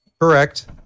Correct